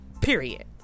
Period